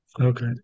Okay